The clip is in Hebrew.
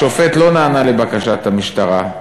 השופט לא נענה לבקשת המשטרה,